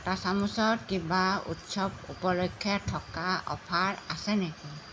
কাটা চামুচত কিবা উৎসৱ উপলক্ষে থকা অফাৰ আছে নেকি